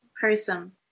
person